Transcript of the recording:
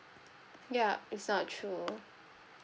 ya it's not true